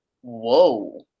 Whoa